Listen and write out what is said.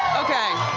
okay,